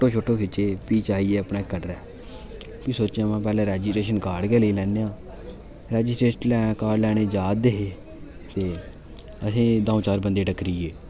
photo शोटो खिच्चे फ्ही आई गे अपने कटरा फ्ही सोचन लगे पैह्ले रजिस्ट्रेशन कार्ड़ गै लेई लैने आं रजिस्ट्रेशन कार्ड लैने ई जा'रदे हे ते असेंई द'ऊं चार बंदे टक्करी गे